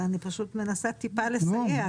אני מנסה טיפה לסייע.